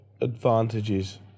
advantages